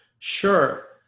Sure